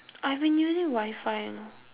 I've been using wifi you know